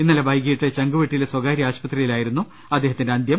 ഇന്നലെ വൈകീട്ട് ചങ്കുവെട്ടിയിലെ സ്വകാര്യ ആശുപത്രിയിലായിരുന്നു അദ്ദേഹത്തിന്റെ അന്ത്യം